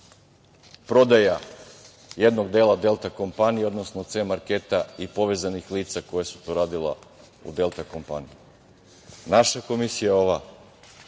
prodaja jednog dela „Delta kompanije“, odnosno „C–marketa“ i povezanih lica koja su to radila u „Delta kompaniji“. Naša Komisija dva